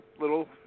little